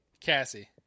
Cassie